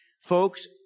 Folks